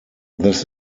this